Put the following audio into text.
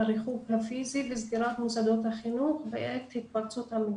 הריחוק הפיזי וסגירת מוסדות החינוך בעת התפרצות המגפה.